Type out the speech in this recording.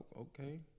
okay